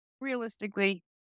realistically